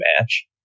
match